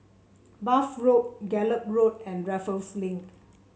Bath Road Gallop Road and Raffles Link